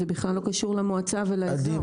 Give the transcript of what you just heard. זה בכלל לא קשור למועצה ולאזור.